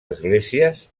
esglésies